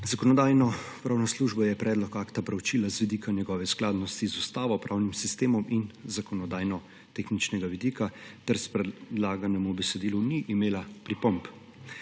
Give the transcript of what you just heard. Zakonodajno-pravna služba je predlog akta preučila z vidika njegove skladnosti z Ustavo, pravnim sistemom in zakonodajno-tehničnega vidika ter k predlaganemu besedilu ni imela pripomb.